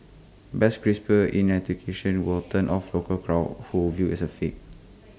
but crisper enunciation will turn off local crowds who view IT as fake